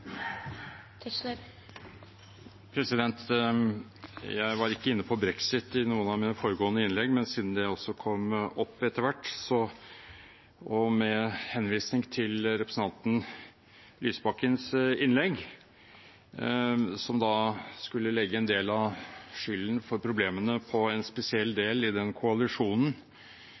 Jeg var ikke inne på brexit i noen av mine foregående innlegg, men siden det også kom opp etter hvert, og med henvisning til representanten Lysbakkens innlegg, som da skulle legge en del av skylden for problemene på en spesiell del av den koalisjonen